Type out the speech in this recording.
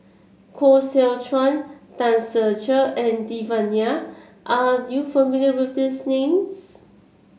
Koh Seow Chuan Tan Ser Cher and Devan Nair are you familiar with these names